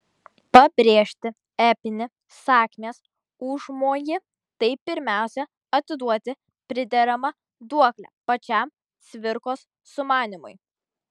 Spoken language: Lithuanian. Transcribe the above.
pabrėžti epinį sakmės užmojį tai pirmiausia atiduoti prideramą duoklę pačiam cvirkos sumanymui